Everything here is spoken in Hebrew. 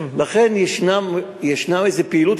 לכן, ישנה איזו פעילות.